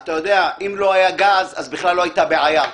אתה יודע, אם לא היה גז אז בכלל לא היתה בעיה.